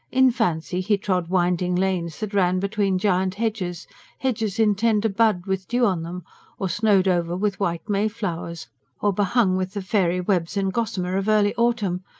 in fancy he trod winding lanes that ran between giant hedges hedges in tender bud, with dew on them or snowed over with white mayflowers or behung with the fairy webs and gossamer of early autumn,